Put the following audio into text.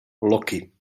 loki